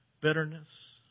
Bitterness